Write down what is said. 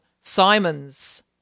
Simon's